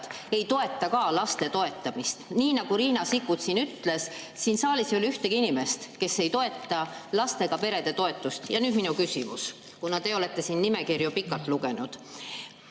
ei toeta samuti laste toetamist? Nii nagu Riina Sikkut ütles: siin saalis ei ole ühtegi inimest, kes ei toeta lastega perede toetamist. Ja nüüd minu küsimus, kuna te olete siin nimekirju pikalt ette lugenud.